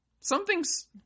Something's